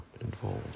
involved